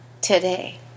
today